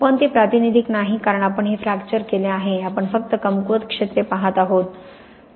पण ते प्रातिनिधिक नाही कारण आपण हे फ्रॅक्चर केले आहे आपण फक्त कमकुवत क्षेत्रे पाहत आहोत